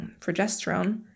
progesterone